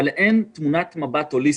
אבל אין תמונת מבט הוליסטית.